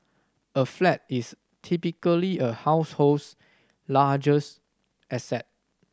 a flat is typically a household's largest asset